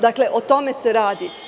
Dakle, o tome se radi.